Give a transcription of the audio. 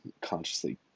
consciously